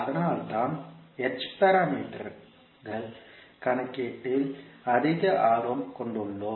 அதனால்தான் h பாராமீட்டர்கள் கணக்கீட்டில் அதிக ஆர்வம் கொண்டுள்ளோம்